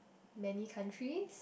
many countries